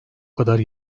kadar